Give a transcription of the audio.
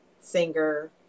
singer